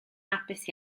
hapus